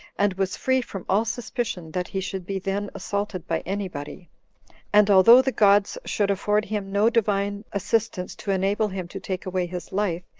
and was free from all suspicion that he should be then assaulted by any body and although the gods should afford him no divine assistance to enable him to take away his life,